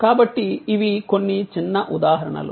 కాబట్టి ఇవి కొన్ని చిన్న ఉదాహరణలు